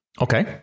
Okay